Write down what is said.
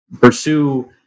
pursue